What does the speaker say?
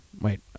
Wait